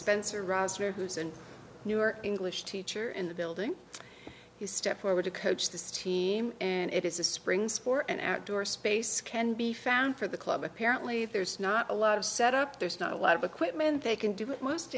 spencer roster who is in new york english teacher in the building has stepped forward to coach this team and it is a springs for an outdoor space can be found for the club apparently there's not a lot of set up there's not a lot of equipment they can do but most